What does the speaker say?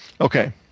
Okay